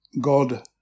God